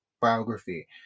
biography